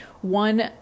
One